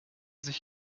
sich